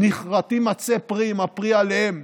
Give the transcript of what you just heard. נכרתים עצי פרי עם הפרי עליהם,